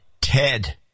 Ted